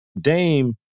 Dame